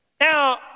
Now